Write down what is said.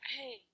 Hey